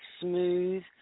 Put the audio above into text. smooth